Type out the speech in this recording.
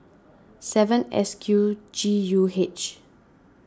seven S Q G U H